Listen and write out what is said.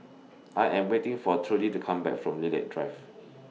I Am waiting For Trudi to Come Back from Lilac Drive